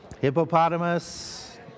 Hippopotamus